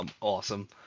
awesome